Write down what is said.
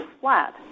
flat